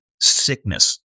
sickness